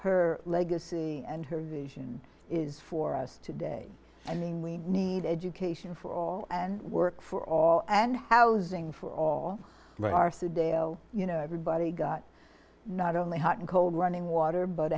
her legacy and her vision is for us today i mean we need education for all and work for all and housing for all right r c dale you know everybody got not only hot and cold running water but